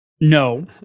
No